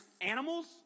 animals